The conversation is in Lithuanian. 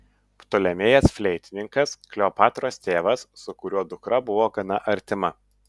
ptolemėjas fleitininkas kleopatros tėvas su kuriuo dukra buvo gana artima